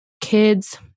kids